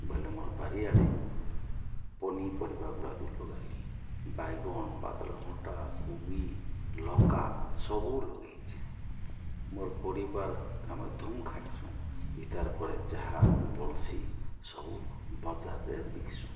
ବଇଲେ ମୋର୍ ବାରିଆଡ଼େ ପନିପରିବା ଗୁଡ଼ା ଦୁ ଲଗାଲି ବାଇଗଣ ପାତଲଘଣ୍ଟା କୋବି ଲକା ସବୁ ଲଗେଇଛେଁ ମୋର୍ ପରିବାର ଆମେ ଧୁମ ଖାଇସୁଁ ଇତାର ପରେ ଯାହା ବଲ୍ସି ସବୁ ବଜାରରେ ବିକ୍ସୁଁ